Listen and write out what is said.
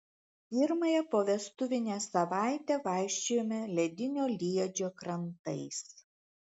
pirmąją povestuvinę savaitę vaikščiojome ledinio liedžio krantais